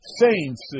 saints